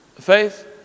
faith